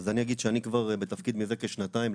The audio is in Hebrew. שאני כבר בתפקיד מזה כשנתיים.